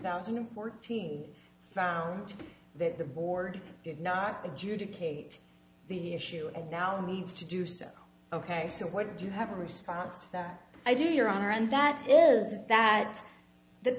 thousand and fourteen found that the board did not the juda kate the issue and now needs to do so ok so what do you have a response to that i do your honor and that is that th